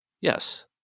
Yes